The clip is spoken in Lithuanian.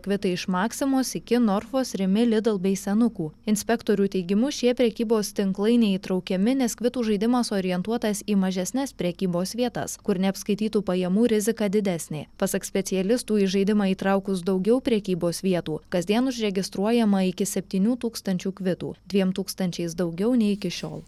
kvitai iš maksimos iki norfos rimi lidl bei senukų inspektorių teigimu šie prekybos tinklai neįtraukiami nes kvitų žaidimas orientuotas į mažesnes prekybos vietas kur neapskaitytų pajamų rizika didesnė pasak specialistų į žaidimą įtraukus daugiau prekybos vietų kasdien užregistruojama iki septynių tūkstančių kvitų dviem tūkstančiais daugiau nei iki šiol